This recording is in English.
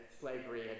slavery